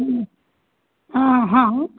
हूँ हँ हँ